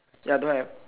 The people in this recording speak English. ya don't have